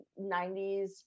90s